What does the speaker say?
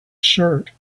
shirt